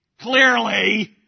clearly